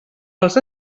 els